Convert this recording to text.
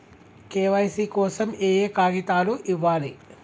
KYC కోసం ఏయే కాగితాలు ఇవ్వాలి?